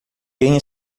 quem